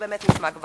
זה באמת מוגזם.